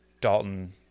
Dalton